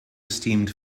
esteemed